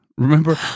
Remember